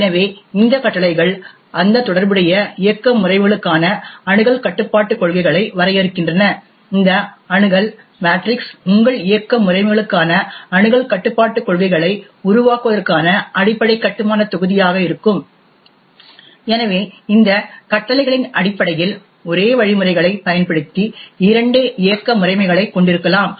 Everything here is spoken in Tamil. எனவே இந்த கட்டளைகள் அந்த தொடர்புடைய இயக்க முறைமைகளுக்கான அணுகல் கட்டுப்பாட்டுக் கொள்கைகளை வரையறுக்கின்றன இந்த அணுகல் மேட்ரிக்ஸ் உங்கள் இயக்க முறைமைகளுக்கான அணுகல் கட்டுப்பாட்டுக் கொள்கைகளை உருவாக்குவதற்கான அடிப்படை கட்டுமானத் தொகுதியாக இருக்கும் எனவே இந்த கட்டளைகளின் அடிப்படையில் ஒரே வழிமுறைகளைப் பயன்படுத்தி இரண்டு இயக்க முறைமைகளைக் கொண்டிருக்கலாம்